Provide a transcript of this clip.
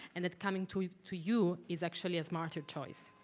and that coming to to you is actually a smarter choice?